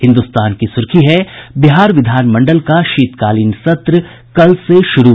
हिन्दुस्तान की सुर्खी है बिहार विधान मंडल का शीतकालीन सत्र कल से शुरू